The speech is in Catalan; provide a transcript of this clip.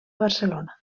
barcelona